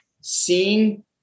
seeing